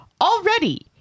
already